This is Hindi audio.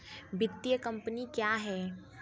वित्तीय कम्पनी क्या है?